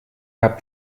habt